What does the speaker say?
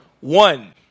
One